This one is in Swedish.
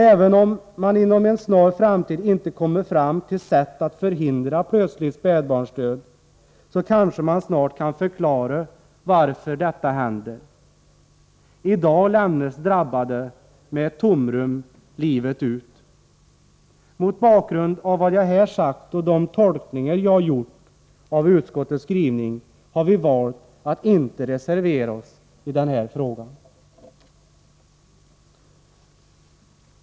Även om man inom en snar framtid inte kommer fram till metoder att förhindra plötslig spädbarnsdöd, kanske man snart kan förklara varför detta händer. I dag lämnas drabbade med ett tomrum livet ut. Mot bakgrund av vad jag här sagt och de tolkningar jag gjort av utskottets skrivning har vi valt att inte reservera oss i den här frågan.